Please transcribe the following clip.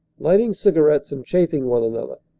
lighting cigar ettes and chaffing one another.